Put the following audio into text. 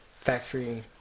Factory